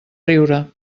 riure